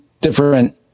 different